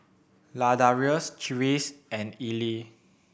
Ladarius Reese and Eli